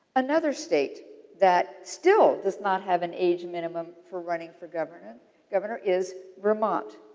another state that still does not have an age minimum for running for governor governor is vermont.